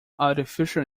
artificial